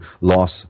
loss